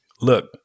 look